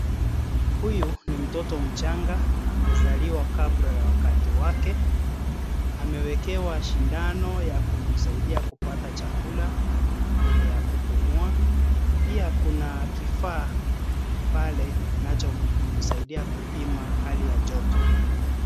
Huyu ni mtoto mchanga amezaliwa kabla ya wakati wake. Amewekewa shindano ya kumsadia kupata chakula na ile ya kupumua. Pia kuna kifaa pale kinachomsaidia kupima hali ya joto.